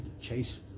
chase